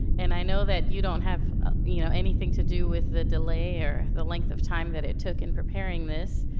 and i know that you don't have you know anything to do with the delay, or the length of time that it took in preparing this.